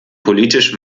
politisch